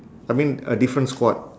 I mean a different squad